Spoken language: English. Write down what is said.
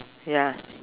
ya